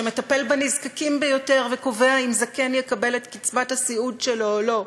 שמטפל בנזקקים ביותר וקובע אם זקן יקבל את קצבת הסיעוד שלו או לא,